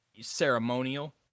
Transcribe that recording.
ceremonial